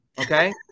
okay